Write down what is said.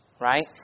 right